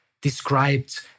described